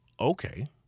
Okay